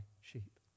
sheep